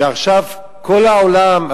ועכשיו כל העולם,